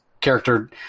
character